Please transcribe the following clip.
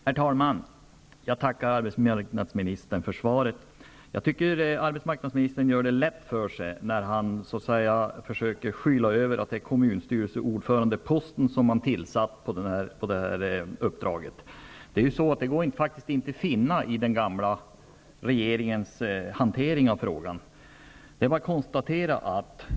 Herr talman! Jag tackar arbetsmarknadsminis tern för svaret. Jag tycker att arbetsmarknadsministern gör det lätt för sig när han, så att säga, försöker skyla över att det är posten som ordförande i kommunstyrel sen som han har tillsatt på detta uppdrag. Det här går inte att finna i den gamla regeringens hante rande av frågan.